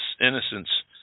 innocence